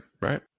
right